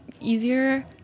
easier